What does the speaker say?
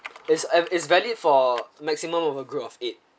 it's va~ it's valid for maximum of a group of eight